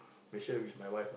Malaysia with my wife